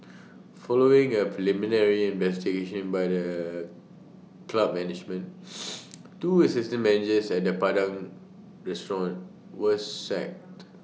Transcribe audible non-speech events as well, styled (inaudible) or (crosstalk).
following A preliminary investigation by the club management (noise) two assistant managers at the Padang restaurant were sacked (noise)